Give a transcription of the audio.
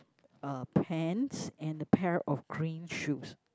uh pants and a pair of green shoes